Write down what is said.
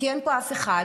כי אין פה אף אחד,